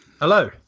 Hello